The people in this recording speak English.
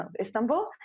istanbul